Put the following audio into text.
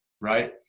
right